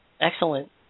Excellent